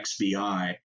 XBI